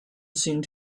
seemed